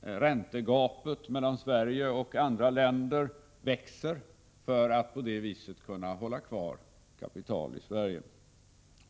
Räntegapet mellan Sverige och andra länder växer, för att vi på det viset skall kunna hålla kvar kapital i Sverige.